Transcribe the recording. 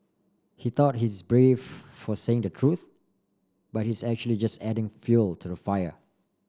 he thought he's brave for saying the truth but he's actually just adding fuel to the fire